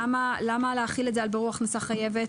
למה להחיל את זה על בירור הכנסה חייבת